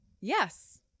Yes